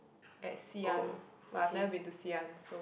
at Xi-An but I've never been to Xi-An so